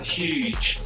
huge